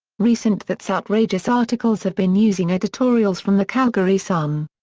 recent that's outrageous articles have been using editorials from the calgary sun.